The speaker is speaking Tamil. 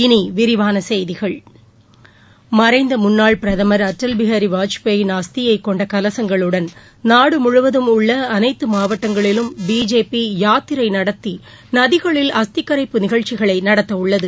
இனி விரிவான செய்திகள் மறைந்த முன்னாள் பிரதமர் அடல் பிகாரி வாஜ்பாயின் அஸ்தியைக் கொண்ட கலசங்களுடன் நாடு முழுவதும் உள்ள அனைத்து மாவட்டங்களிலும் பிஜேபி யாத்திரை நடத்தி நதிகளில் அஸ்தி கரைப்பு நிகழ்ச்சிகளை நடத்த உள்ளது